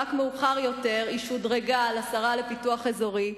רק מאוחר יותר היא שודרגה לשרה לפיתוח אזורי,